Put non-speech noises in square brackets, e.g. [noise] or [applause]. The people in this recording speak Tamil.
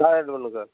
[unintelligible] இது பண்ணணும் சார்